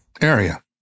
area